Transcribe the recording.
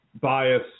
bias